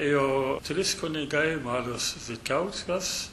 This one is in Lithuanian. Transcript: jau trys kunigai marius zitauskas